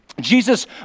Jesus